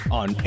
on